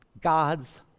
God's